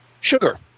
sugar